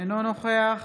אינו נוכח